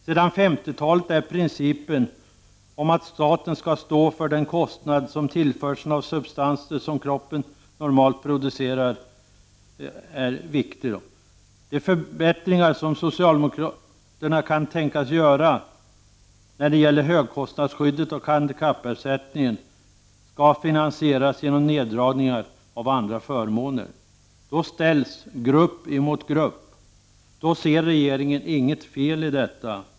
Sedan 50-talet tillämpas principen att staten skall stå för kostnader för tillförsel av substanser som kroppen normalt producerar. De förbättringar som socialdemokraterna kan tänkas göra när det gäller högkostnadsskyddet och handikappersättningen skall finansieras genom neddragningar av andra förmåner. Härigenom ställs grupp mot grupp, men regeringen ser inget fel i detta.